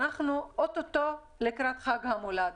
אנחנו או-טו-טו לקראת חג המולד,